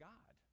God